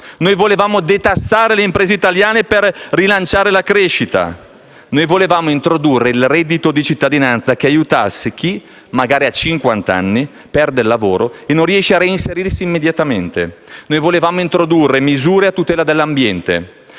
volevamo detassare le imprese italiane per rilanciare la crescita, volevamo introdurre il reddito di cittadinanza che aiutasse chi, magari a cinquant'anni, perde il lavoro e non riesce a reinserirsi immediatamente. Noi volevamo introdurre misure a tutela dell'ambiente,